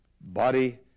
body